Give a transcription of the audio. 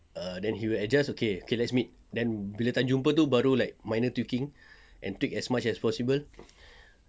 err then he will adjust okay okay let's meet then bila time jumpa baru like minor tweaking and tweak as much as possible